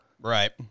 Right